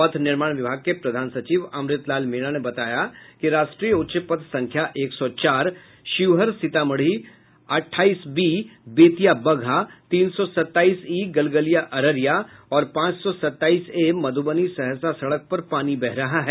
पथ निर्माण विभाग के प्रधान सचिव अमृतलाल मीणा ने बताया कि राष्ट्रीय उच्च पथ संख्या एक सौ चार शिवहर सीतामढ़ी अठाईस बी बेतिया बगहा तीन सौ सत्ताईस ई गलगलिया अररिया और पांच सौ सत्ताईस ए मध्रबनी सहरसा सड़क पर पानी बह रहा है